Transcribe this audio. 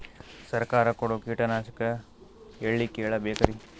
ಸರಕಾರ ಕೊಡೋ ಕೀಟನಾಶಕ ಎಳ್ಳಿ ಕೇಳ ಬೇಕರಿ?